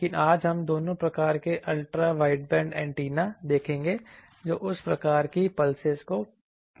लेकिन आज हम दोनों प्रकार के अल्ट्रा वाइडबैंड एंटेना देखेंगे जो उस प्रकार की पल्सेस को पारित कर सकते हैं